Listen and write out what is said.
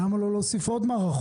למה לא להוסיף עוד מערכות,